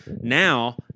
now